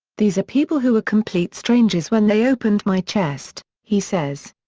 these are people who were complete strangers when they opened my chest he says.